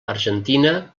argentina